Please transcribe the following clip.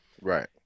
Right